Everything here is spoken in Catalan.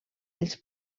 els